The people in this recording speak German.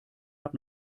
hat